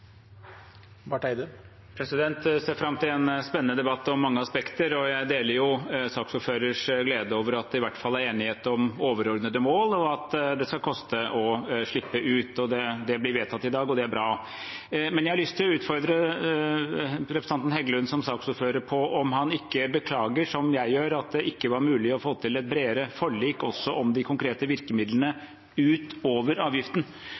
ser fram til en spennende debatt om mange aspekter. Jeg deler saksordførerens glede over at det iallfall er enighet om overordnede mål, og at det skal koste å slippe ut. Det blir vedtatt i dag, og det er bra. Men jeg har lyst til å utfordre representanten Heggelund som saksordfører på om han ikke beklager, som jeg gjør, at det ikke var mulig å få til et bredere forlik også om de konkrete virkemidlene utover avgiften.